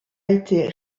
été